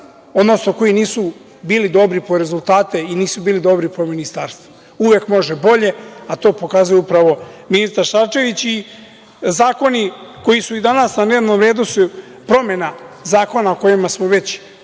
odnosno koji nisu bili dobri po rezultate i nisu bili dobri po Ministarstvo. Uvek može bolje, a to pokazuju upravo ministar Šarčević i zakoni koji su i danas na dnevnom redu, oni su promena zakona o kojima smo već